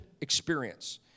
experience